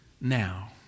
now